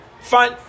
fine